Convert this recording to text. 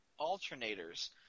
alternators